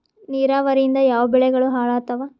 ನಿರಾವರಿಯಿಂದ ಯಾವ ಬೆಳೆಗಳು ಹಾಳಾತ್ತಾವ?